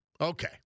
Okay